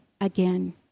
again